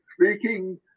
speaking